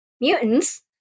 mutants